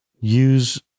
use